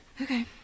Okay